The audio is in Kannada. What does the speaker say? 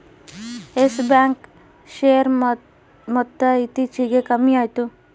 ಯಸ್ ಬ್ಯಾಂಕ್ ಶೇರ್ ಮೊತ್ತ ಇತ್ತೀಚಿಗೆ ಕಮ್ಮ್ಯಾತು